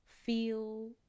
feel